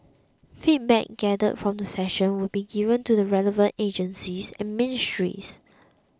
feedback gathered from the session will be given to the relevant agencies and ministries